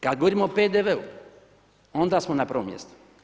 Kad govorimo o PDV-u onda smo na prvom mjestu.